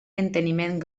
enteniment